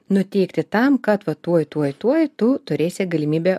nuteikti tam kad va tuoj tuoj tuoj tu turėsi galimybę